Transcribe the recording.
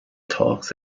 talk